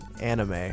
anime